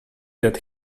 that